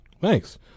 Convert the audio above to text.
Thanks